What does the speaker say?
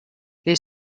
les